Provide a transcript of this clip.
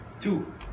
two